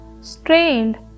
strained